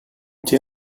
t’es